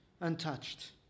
untouched